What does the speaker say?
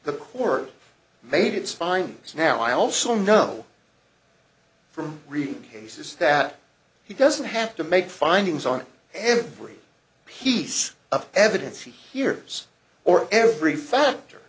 the court made its findings now i also know from reading cases that he doesn't have to make findings on every piece of evidence he hears or every factor